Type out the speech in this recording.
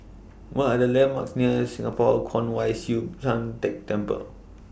What Are The landmarks near Singapore Kwong Wai Siew Tan Teck Temple